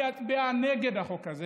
אני אצביע נגד החוק הזה